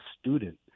student